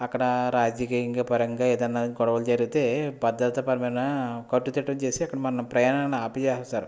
అక్కడ రాజకీయపరంగా ఏదైనా గొడవలు జరిగీతే భద్రతపరమైన కట్టుదిట్టం చేసి అక్కడ మన ప్రయాణాన్ని ఆపించేస్తారు